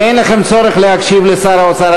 ואין לכם צורך להקשיב לשר האוצר.